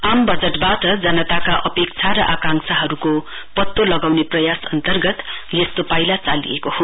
आम बजटबाट जनताका अपेक्षा र आकांक्षाहरूको पत्तो लगाउन प्रयास अन्तर्गत यस्तो पाइला चालिएको छ